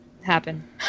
happen